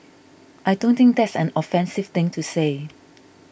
I don't think that's an offensive thing to say